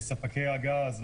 לספקי הגז,